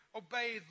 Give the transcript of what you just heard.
obey